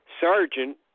sergeant